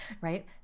Right